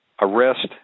arrest